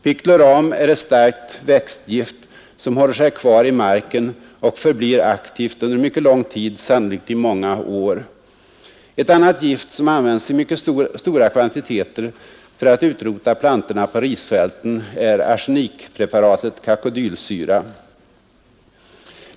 Picloram är ett starkt växtgift som håller sig kvar i marken och förblir aktivt under mycket lång tid, sannolikt i många år. Ett annat gift, som använts i mycket stora kvantiteter för att utrota plantorna på risfälten, är arsenikpreparatet kakodylsyra.